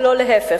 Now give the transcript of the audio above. ולא להיפך,